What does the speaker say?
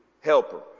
helper